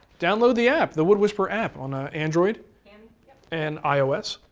download the app, the wood whisperer app, on ah android and and ios,